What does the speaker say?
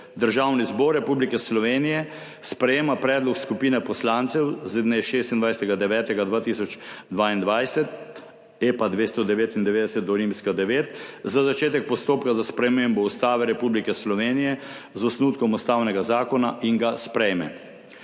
Državni zbor Republike Slovenije sprejema predlog skupine poslancev z dne 26. 9. 2022, EPA 299-IX, za začetek postopka za spremembo Ustave Republike Slovenije z osnutkom ustavnega zakona in ga sprejme.